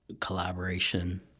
collaboration